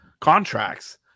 contracts